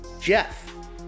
Jeff